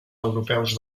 europeus